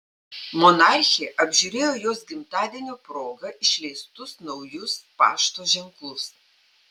monarchė apžiūrėjo jos gimtadienio proga išleistus naujus pašto ženklus